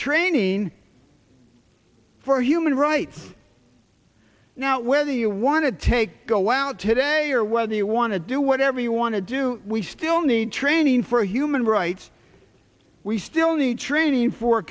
training for human rights now whether you want to take go out today or whether you want to do whatever you want to do we still need training for human rights we still need training for